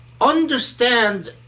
understand